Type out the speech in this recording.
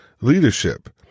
leadership